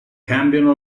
cambiano